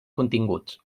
continguts